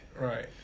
Right